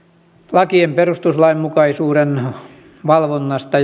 lakien perustuslainmukaisuuden valvonnasta